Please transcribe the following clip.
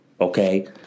Okay